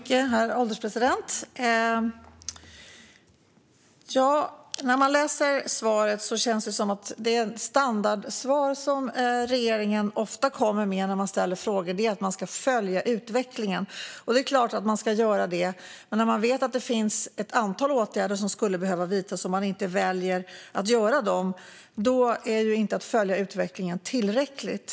Herr ålderspresident! Svaret känns som det standardsvar regeringen ofta ger: Man ska följa utvecklingen. Ja, givetvis ska man göra det, men när man väljer att inte vidta de åtgärder som krävs följer man inte utvecklingen tillräckligt.